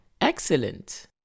Excellent